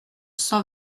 cent